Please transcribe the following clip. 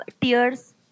tears